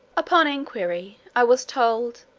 upon inquiry i was told,